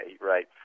right